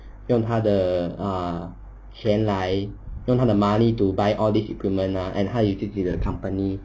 用他的 err 钱来用他的 money to buy all these equipment ah and how 有自己的 company